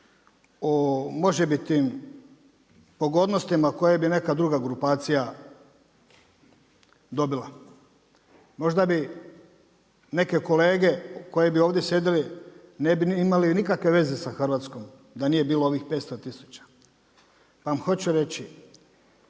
o možebitim pogodnostima koje bi neka druga grupacija dobila. Možda bi neke kolege koje bi ovdje sjedili ne bi imali nikakve veze sa Hrvatskom da nije bilo ovih 500 tisuća. Pa vam hoću reći